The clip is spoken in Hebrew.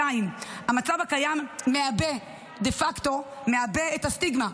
2. המצב הקיים דה פקטו מעבה את הסטיגמה,